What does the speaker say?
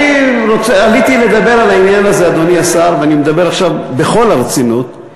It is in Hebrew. אני עליתי לדבר על העניין הזה ואני מדבר עכשיו בכל הרצינות,